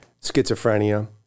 schizophrenia